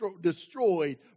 destroyed